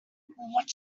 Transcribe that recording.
what